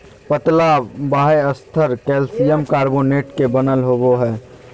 पतला बाह्यस्तर calcium carbonate के बनल होबो हइ